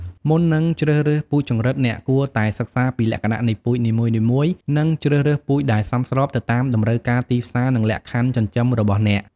មុននឹងជ្រើសរើសពូជចង្រិត អ្នកគួរតែសិក្សាពីលក្ខណៈនៃពូជនីមួយៗ និងជ្រើសរើសពូជដែលសមស្របទៅតាមតម្រូវការទីផ្សារ និងលក្ខខណ្ឌចិញ្ចឹមរបស់អ្នក។